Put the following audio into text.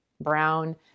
Brown